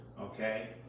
Okay